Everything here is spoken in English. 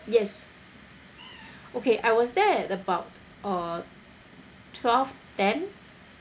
yes okay I was there at about uh twelve ten